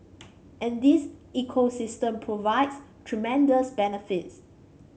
and this ecosystem provides tremendous benefits